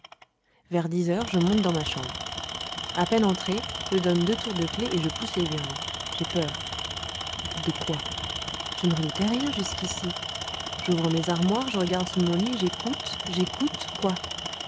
vers dix heures je monte dans ma chambre a peine entré je donne deux tours de clef et je pousse les verrous j'ai peur de quoi je ne redoutais rien jusqu'ici j'ouvre mes armoires je regarde sous mon lit j'écoute j'écoute quoi